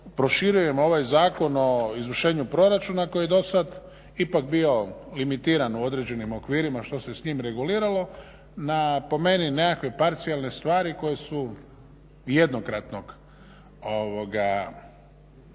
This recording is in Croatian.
proširujemo ovaj Zakon o izvršenju proračuna koji je do sad ipak bio limitiran u određenim okvirima što se s njim reguliralo na po meni nekakve parcijalne stvari koje su jednokratne